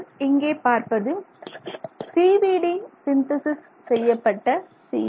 நீங்கள் இங்கே பார்ப்பது CVD சிந்தேசிஸ் செய்யப்பட்ட CNT